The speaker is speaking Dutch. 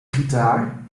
gitaar